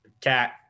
Cat